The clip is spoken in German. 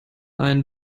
einen